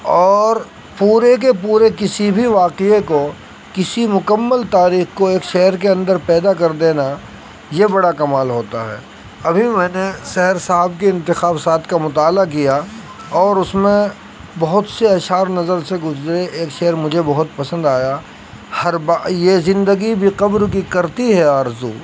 اور پورے کے پورے کسی بھی واقعے کو کسی مکمل تاریخ کو ایک شعر کے اندر پیدا کر دینا یہ بڑا کمال ہوتا ہے ابھی میں نے سحر صاحب کے انتخاب سعد کا مطالعہ کیا اور اس میں بہت سے اشعار نظر سے گزرے ایک شعر مجھے بہت پسند آیا ہر یہ زندگی بھی قبر کی کرتی ہے آرزو